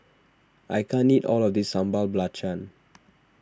I can't eat all of this Sambal Belacan